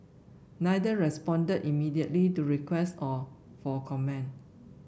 neither respond immediately to requests of for comment